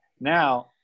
Now